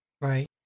Right